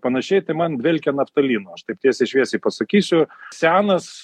panašiai tai man dvelkia naftalynu aš taip tiesiai šviesiai pasakysiu senas